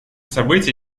события